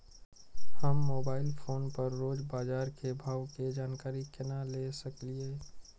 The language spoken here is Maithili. हम मोबाइल फोन पर रोज बाजार के भाव के जानकारी केना ले सकलिये?